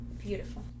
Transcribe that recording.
beautiful